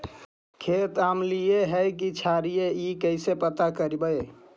खेत अमलिए है कि क्षारिए इ कैसे पता करबै?